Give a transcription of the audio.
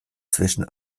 zwischen